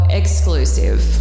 exclusive